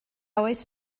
oes